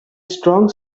strong